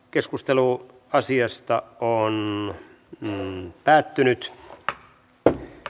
keskustelu päättyi